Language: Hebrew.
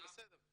בסדר.